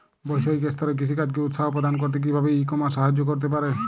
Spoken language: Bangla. বৈষয়িক স্তরে কৃষিকাজকে উৎসাহ প্রদান করতে কিভাবে ই কমার্স সাহায্য করতে পারে?